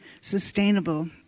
sustainable